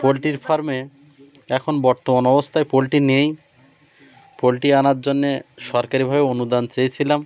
পোলট্রির ফার্মে এখন বর্তমান অবস্থায় পোলট্রি নেই পোলট্রি আনার জন্যে সরকারিভাবে অনুদান চেয়েছিলাম